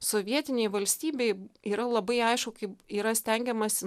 sovietinėj valstybėj yra labai aišku kaip yra stengiamasi